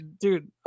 Dude